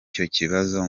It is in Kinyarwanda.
kibazo